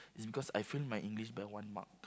is because I fail my English by one mark